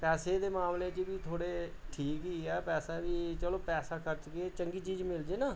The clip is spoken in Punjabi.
ਪੈਸੇ ਦੇ ਮਾਮਲੇ 'ਚ ਵੀ ਥੋੜ੍ਹੇ ਠੀਕ ਹੀ ਹੈ ਪੈਸਾ ਵੀ ਚਲੋ ਪੈਸਾ ਖਰਚ ਕੇ ਚੰਗੀ ਚੀਜ਼ ਮਿਲਜੇ ਨਾ